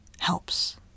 helps